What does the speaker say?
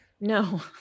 No